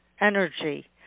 energy